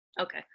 okay